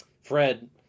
fred